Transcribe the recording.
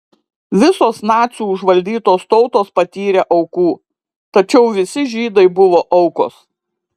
visos nacių užvaldytos tautos patyrė aukų tačiau visi žydai buvo aukos